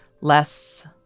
Less